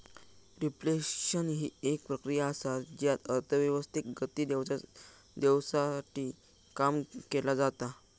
reflection हि एक प्रक्रिया असा ज्यात अर्थव्यवस्थेक गती देवसाठी काम केला जाता